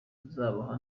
tuzabaha